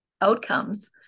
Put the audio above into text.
outcomes